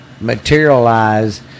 materialize